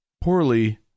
poorly